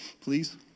please